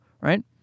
Right